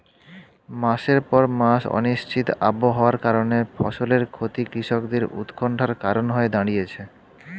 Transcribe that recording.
মাসের পর মাস অনিশ্চিত আবহাওয়ার কারণে ফসলের ক্ষতি কৃষকদের উৎকন্ঠার কারণ হয়ে দাঁড়িয়েছে